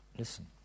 Listen